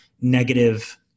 negative